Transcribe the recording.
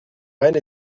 reine